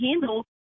handle